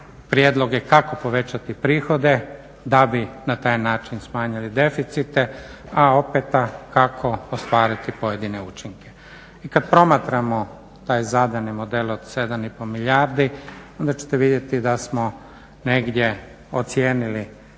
prijedloge kako povećati prihode da bi na taj način smanjili deficite, a opet kako ostvariti pojedine učinke. I kad promatramo taj zadani model od 7,5 milijardi onda ćete vidjeti da smo negdje ocijenili